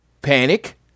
panic